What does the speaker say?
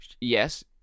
Yes